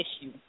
issue